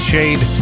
Shade